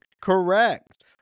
Correct